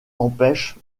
empêche